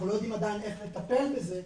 אנחנו לא יודעים עדיין איך לטפל בזה,